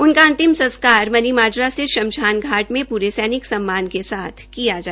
उनका अंतिम संस्कार मनीमाजरा स्थित शमशान घाट में पूरे सैनिक सममान के साथ किया गया